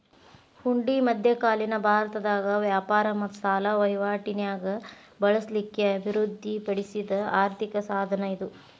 ಹುಂಡಿ ಮಧ್ಯಕಾಲೇನ ಭಾರತದಾಗ ವ್ಯಾಪಾರ ಮತ್ತ ಸಾಲ ವಹಿವಾಟಿ ನ್ಯಾಗ ಬಳಸ್ಲಿಕ್ಕೆ ಅಭಿವೃದ್ಧಿ ಪಡಿಸಿದ್ ಆರ್ಥಿಕ ಸಾಧನ ಇದು